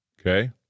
Okay